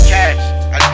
Cash